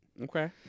Okay